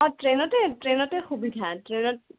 অঁ ট্ৰেইনতে ট্ৰেইনতে সুবিধা ট্ৰেইনত